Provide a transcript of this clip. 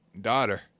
daughter